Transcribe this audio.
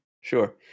sure